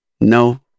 No